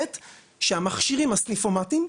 ב', שהמכשירים הסניפומטים,